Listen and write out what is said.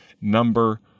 number